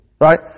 right